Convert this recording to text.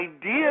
idea